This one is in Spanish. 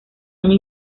año